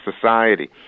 society